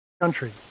country